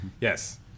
Yes